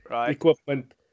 equipment